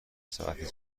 ساعتی